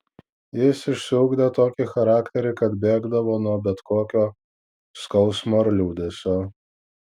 jis išsiugdė tokį charakterį kad bėgdavo nuo bet kokio skausmo ar liūdesio